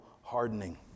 hardening